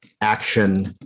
action